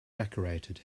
decorated